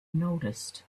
noticed